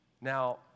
Now